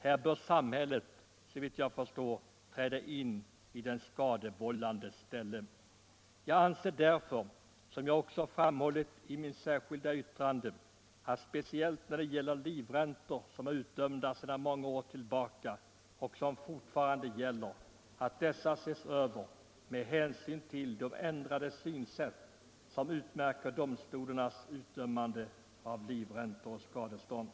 Här bör samhället, såvitt jag förstår, träda in i den skadevållandes ställe. Jag anser — som jag också framhållit i mitt särskilda yttrande — att skadeståndslagen, speciellt sådana livräntor som är utdömda för många år sedan och som fortfarande gäller bör ses över med hänsyn till det ändrade synsätt som utmärker domstolarnas utdömande av livräntor och skadestånd.